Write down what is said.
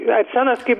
arsenas kaip